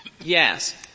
Yes